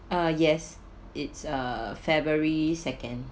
uh yes it's uh february second